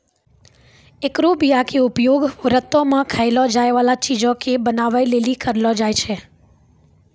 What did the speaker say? एकरो बीया के उपयोग व्रतो मे खयलो जाय बाला चीजो के बनाबै लेली करलो जाय छै